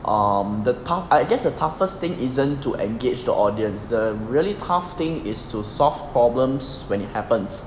um the tough I guess the toughest thing isn't to engage the audience the really tough thing is to solve problems when it happens